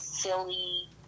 Silly